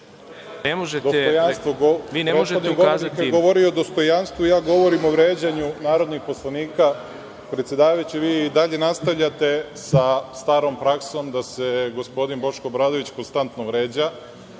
Ne možete ukazati.